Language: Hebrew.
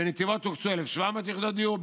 בנתיבות הוקצו 1,700 יחידות דיור.